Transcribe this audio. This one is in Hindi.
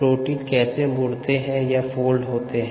प्रोटीन कैसे मुड़ते या फोल्ड होते हैं